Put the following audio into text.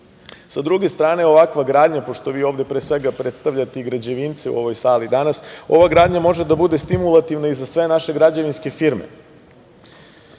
druge strane, ovakva gradnja, pošto vi ovde pre svega, predstavljate i građevince u ovoj sali danas, ova gradnja može da bude stimulativna i za sve naše građevinske firme. Mi